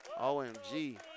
OMG